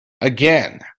again